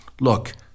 Look